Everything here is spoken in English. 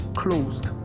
closed